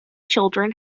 children